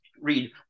read